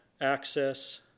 access